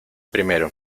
primero